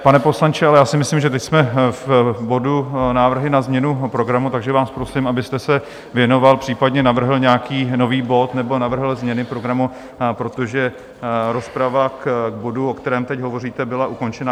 Pane poslanče, ale já si myslím, že teď jsme v bodu Návrhy na změnu programu, takže vás prosím, abyste se věnoval, případně navrhl nějaký nový bod nebo navrhl změny programu, protože rozprava k bodu, o kterém teď hovoříte, byla ukončena.